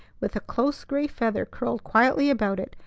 with a close gray feather curled quietly about it,